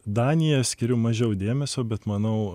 danijai skiriu mažiau dėmesio bet manau